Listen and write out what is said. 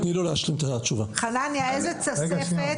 חנניה, איזה תוספת כוח אדם אתם צריכים.